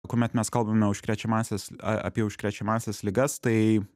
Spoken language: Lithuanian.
kuomet mes kalbame užkrečiamąsias apie užkrečiamąsias ligas tai